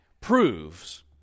proves